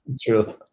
True